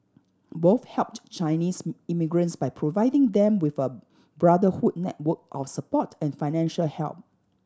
both helped Chinese immigrants by providing them with a brotherhood network of support and financial help